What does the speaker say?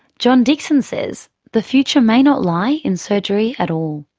john dixon says the future may not lie in surgery at all.